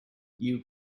you